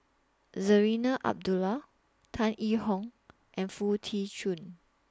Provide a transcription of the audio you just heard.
Zarinah Abdullah Tan Yee Hong and Foo Tee Jun